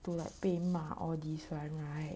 to like 被骂 all this [one] right